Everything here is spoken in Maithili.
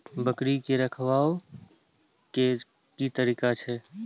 बकरी के रखरखाव के कि तरीका छै?